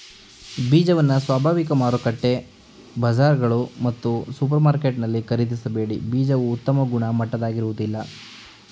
ಬೀಜವನ್ನು ಸ್ವಾಭಾವಿಕ ಮಾರುಕಟ್ಟೆ ಬಜಾರ್ಗಳು ಮತ್ತು ಸೂಪರ್ಮಾರ್ಕೆಟಲ್ಲಿ ಖರೀದಿಸಬೇಡಿ ಬೀಜವು ಉತ್ತಮ ಗುಣಮಟ್ಟದಾಗಿರೋದಿಲ್ಲ